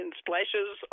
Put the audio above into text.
splashes